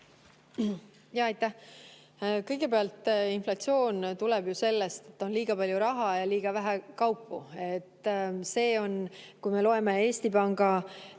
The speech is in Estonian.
Aitäh! Kõigepealt, inflatsioon tuleb ju sellest, et on liiga palju raha ja liiga vähe kaupu. Kui me loeme Eesti Panga